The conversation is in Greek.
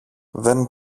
δεν